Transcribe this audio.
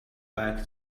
back